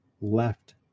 left